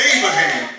Abraham